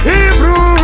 Hebrew